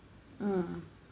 mm